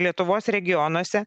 lietuvos regionuose